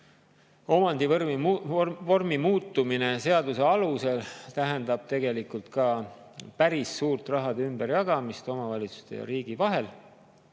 omandivormi muutumine seaduse alusel tähendab tegelikult päris suurt raha ümberjagamist omavalitsuste ja riigi vahel.